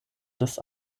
des